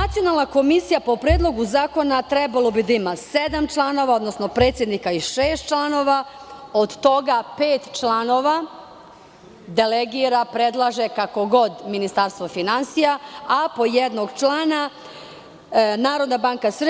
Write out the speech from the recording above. Nacionalna komisija, po Predlogu zakona, trebalo da ima sedam članova, odnosno predsednika i šest članova, a od toga pet članova delegira, predlaže, kako god, Ministarstvo finansija, a po jednog člana NBS